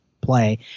play